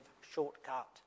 shortcut